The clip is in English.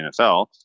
NFL